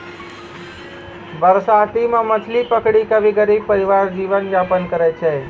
बरसाती मॅ मछली पकड़ी कॅ भी गरीब परिवार जीवन यापन करै छै